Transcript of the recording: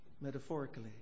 metaphorically